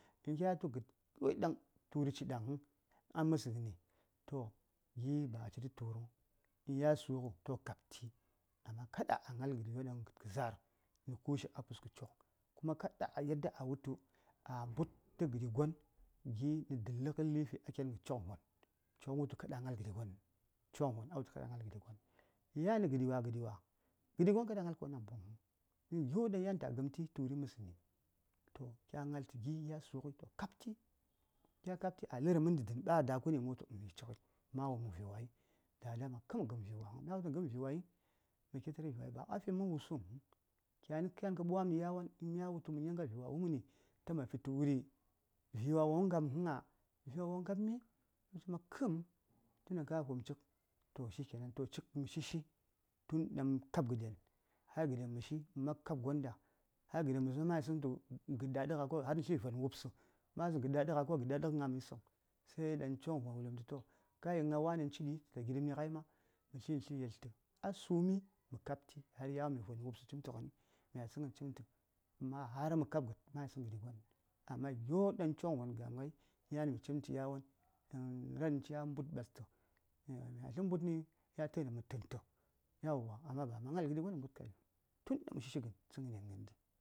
﻿In Kyatu g∂d yodang turi cidang, am∂sni toh kapti amma kada gnal g∂d yodang n∂ g∂dka za:r nə kushi a fuska choŋ kuni kada yarda a wultu a mbud tə gədigon. Gi nə dulləgə laifi a kyengə choŋvon choŋ wultu kada a gnal gədi yan nəgəɗiwa gəɗiwa gəɗigon kawa a ngal ko nambongəna uhn gyoɗaŋ yan ta gəm ti ko turi a məsni toh kya gnaltə gən ya sugəyi toh kapti a lərəm məndi dən bada kuni mə wultu yi cigəyi mawummi vi:wai Dada makəm ma gəm vi:wai mə ketare vi:waihəŋ ba’a finmən wusuŋ kyani kan kə bwam ni yawon uhnn mya wultu mə nyangas vi:wa wumgəni ta mafitə wuri vi:wa wo-wong ngaməŋ nga vi:ma wo ngapmi təcik ma ka tun dang ka fume cik to shi ke nan toh cik mə shi-shi tun daŋ mə kap g∂den har gəɗen məshi mə man kab gondah har gəɗen mən məshi ma mayisəŋtu gədda a dəŋa har she voni wupsə mayisəŋ gəɗɗa a dənnga ko gəɗɗaŋ mə yisəngəŋ sai daŋ choŋvon wuləm tu to kaye gna wanin yanci təta gidəm ningai ma məta mitləŋ yeltə asumi mə kapti har yawon mi voni wupsə chimtə gəni mya tsəngən cimtə amma har mə kap gəd mayisəŋ gəɗi gonəŋ amma gyodang choŋvon ga:m ngai yan micimtə yawon daŋ ran ca mbud ɓastə in myatlən mbudni ya tənəm mətə:ntə yawwa. Amma ba ma ngal gədi gon m∂ mbudkai tun mə shi shi gən tsəngənan gəndi.